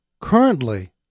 currently